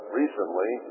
recently